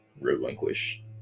relinquish